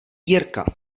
jirka